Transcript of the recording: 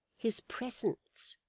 his presence!